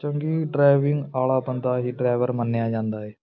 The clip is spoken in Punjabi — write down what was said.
ਚੰਗੀ ਡਰਾਈਵਿੰਗ ਵਾਲਾ ਬੰਦਾ ਹੀ ਡਰਾਈਵਰ ਮੰਨਿਆਂ ਜਾਂਦਾ ਏ